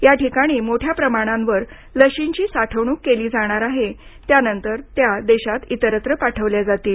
या ठिकाणी मोठ्या प्रमाणावर लशींची साठवणूक केली जाणार आहे त्यानंतर त्या देशात इतरत्र पाठवल्या जाती